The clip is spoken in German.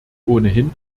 ohnehin